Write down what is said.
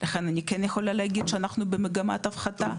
לכן אני כן יכולה להגיד שאנחנו במגמת הפחתה.